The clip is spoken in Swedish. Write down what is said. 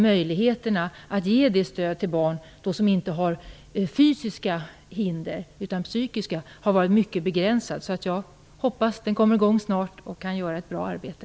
Möjligheterna att ge sådant stöd till barn som inte har fysiska utan psykiska hinder har varit mycket begränsade. Jag hoppas att utredningen kommer i gång snart och att den kan göra ett bra arbete.